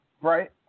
Right